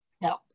No